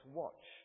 watch